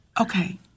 Okay